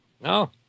No